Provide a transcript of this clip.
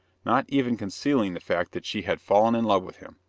not even concealing the fact that she had fallen in love with him.